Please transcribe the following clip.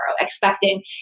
expecting